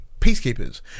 peacekeepers